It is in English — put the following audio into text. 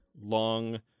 long